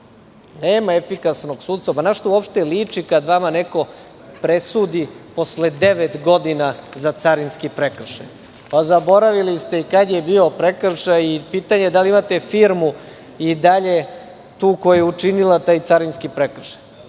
deset godina. Na šta uopšte liči, kada nama neko presudi posle devet godina za carinski prekršaj? Zaboravili ste i kada je bio prekršaj i pitanje je da li imate firmu i dalje tu koja je učinila taj carinski prekršaj,